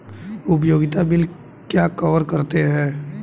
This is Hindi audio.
उपयोगिता बिल क्या कवर करते हैं?